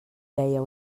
deia